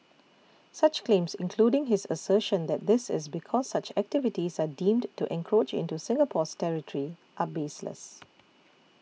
such claims including his assertion that this is because such activities are deemed to encroach into Singapore's territory are baseless